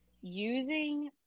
using